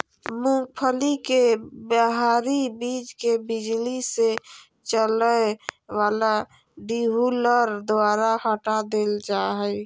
मूंगफली के बाहरी बीज के बिजली से चलय वला डीहुलर द्वारा हटा देल जा हइ